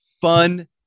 Fun